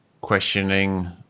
questioning